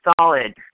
solid